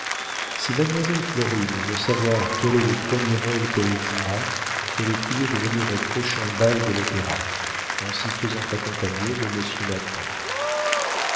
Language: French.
si mademoiselle florine veut savoir quel est le premier rôle qu'elle jouera elle est priée de venir au prochain bal de l'opéra en s'y faisant accompagner de